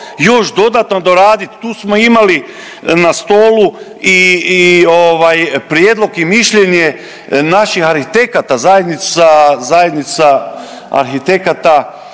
još dodatno doradit, tu smo imali na stolu i ovaj prijedlog i mišljenje naših arhitekata, zajednica arhitekata